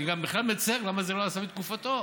אני בכלל מצר למה זה לא נעשה בתקופתו.